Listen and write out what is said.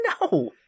No